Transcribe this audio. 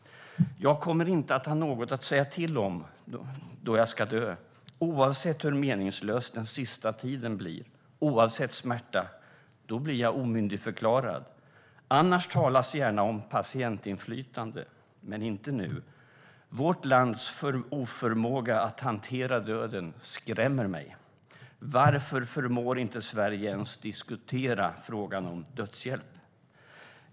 Jag kommer inte att ha något att säga till om då jag ska dö. Oavsett hur meningslös den sista tiden blir. Oavsett smärta. Då blir jag omyndigförklarad. Annars talas gärna om 'patientinflytande'. Men inte nu. Vårt lands oförmåga att hantera döden skrämmer mig. Varför förmår inte Sverige ens diskutera frågan om dödshjälp?